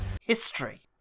History